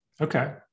Okay